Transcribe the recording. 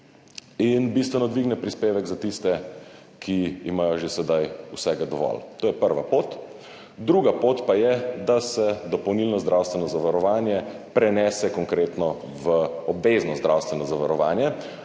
in bistveno dvigne prispevek za tiste, ki imajo že sedaj vsega dovolj. To je prva pot. Druga pot pa je, da se dopolnilno zdravstveno zavarovanje prenese konkretno v obvezno zdravstveno zavarovanje.